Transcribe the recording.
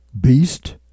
beast